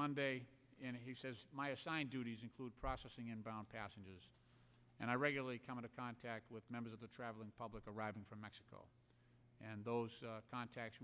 monday my assigned duties include processing inbound passengers and i regularly come into contact with members of the traveling public arriving from mexico and those contacts